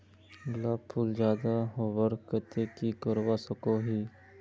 गुलाब फूल ज्यादा होबार केते की करवा सकोहो ही?